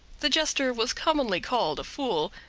the jester was commonly called a fool,